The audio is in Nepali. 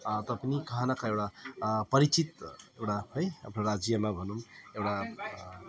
तापनि कहीँ न कहीँ एउटा परिचित एउटा है हाम्रो राज्यमा भनौँ एउटा